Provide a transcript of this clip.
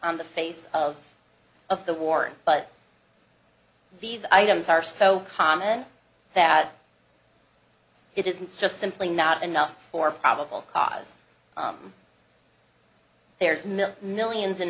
on the face of of the war but these items are so common that it isn't just simply not enough for probable cause there's mill millions and